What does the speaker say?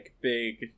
big